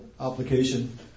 application